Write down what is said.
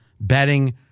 betting